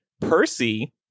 percy